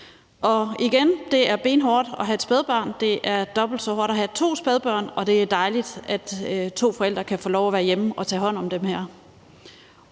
jeg sige, at det er benhårdt at have et spædbarn; det er dobbelt så hårdt at have to spædbørn. Og det er dejligt, at to forældre kan få lov at være hjemme og tage hånd om dem.